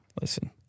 listen